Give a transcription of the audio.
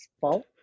fault